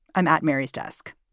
i'm at mary's desk.